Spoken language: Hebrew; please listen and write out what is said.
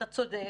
אתה צודק,